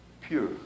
pure